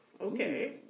Okay